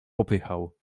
popychał